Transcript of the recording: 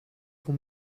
for